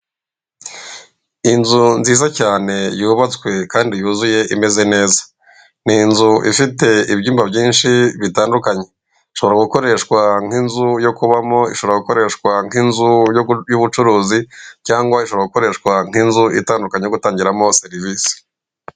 Inzu nziza cyane yubatswe kandi yuzuye imeze neza. Ni inzu ifite ibyumba bitandukanye, ishobora gukoreshwa nk'inzu yo kubamo, ishobora gukoreshwa nk'inzu y'ubucuruzi, cyangwa ishobora gukoreshwa nk'inzu itandukanye yo gutangirwamo serivise.